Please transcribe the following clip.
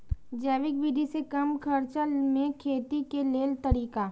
जैविक विधि से कम खर्चा में खेती के लेल तरीका?